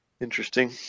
Interesting